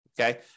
okay